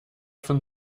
von